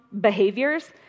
behaviors